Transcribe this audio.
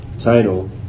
title